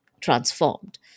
transformed